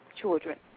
children